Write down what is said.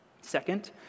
second